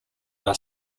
are